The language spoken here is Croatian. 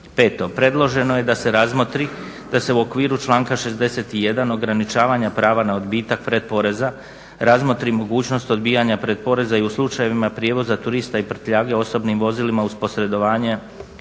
Peto, predloženo je da se razmotri da se u okviru članka 61.ograničavanja prava na odbitak predporeza razmotri mogućnost odbijanja pretporaza i u slučajevima prijevoza turista i prtljage osobnim vozilima uz posredovanje